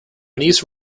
niece